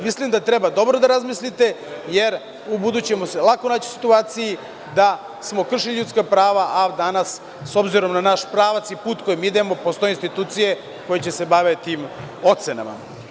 Mislim da treba da dobro razmislite, jer ubuduće ćemo se naći u situaciji da smo kršili ljudska prava, a danas s obzirom na naš pravac i put kojim idemo postoje institucije koje će se baviti tim ocenama.